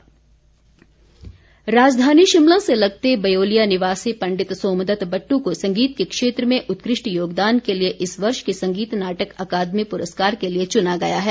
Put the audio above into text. सम्मान राजधानी शिमला से लगते ब्योलिया निवासी पंडित सोम दत्त बट्टू को संगीत के क्षेत्र में उत्कृष्ट योगदान के लिए इस वर्ष के संगीत नाटक अकादमी पुरस्कार के लिए चुना गया है